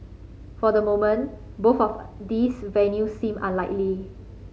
for the moment both of these venues seem unlikely